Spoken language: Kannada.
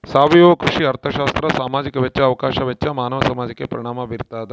ಸಾವಯವ ಕೃಷಿ ಅರ್ಥಶಾಸ್ತ್ರ ಸಾಮಾಜಿಕ ವೆಚ್ಚ ಅವಕಾಶ ವೆಚ್ಚ ಮಾನವ ಸಮಾಜಕ್ಕೆ ಪರಿಣಾಮ ಬೀರ್ತಾದ